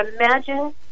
Imagine